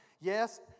Yes